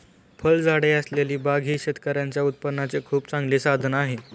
फळझाडे असलेली बाग ही शेतकऱ्यांच्या उत्पन्नाचे खूप चांगले साधन आहे